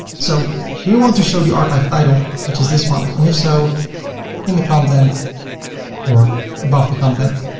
so do we want to show the archive title which is this one, and if so in the content or above the content.